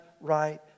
right